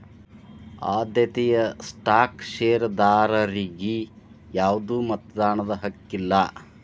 ಆದ್ಯತೆಯ ಸ್ಟಾಕ್ ಷೇರದಾರರಿಗಿ ಯಾವ್ದು ಮತದಾನದ ಹಕ್ಕಿಲ್ಲ